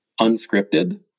unscripted